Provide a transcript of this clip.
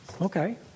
Okay